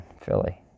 Philly